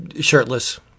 shirtless